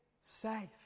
safe